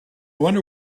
wonder